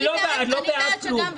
אני לא בעד כלום,